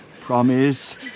promise